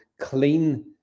clean